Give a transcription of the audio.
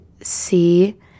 see